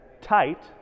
tight